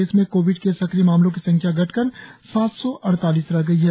प्रदेश में कोविड के सक्रिय मामलों की संख्या घटकर सात सौ अड़तालीस रह गई है